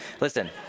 Listen